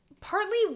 partly